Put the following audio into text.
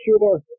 sure